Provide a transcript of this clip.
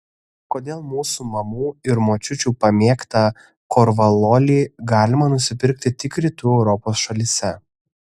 kodėl mūsų mamų ir močiučių pamėgtą korvalolį galima nusipirkti tik rytų europos šalyse